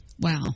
Wow